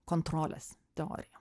kontrolės teorija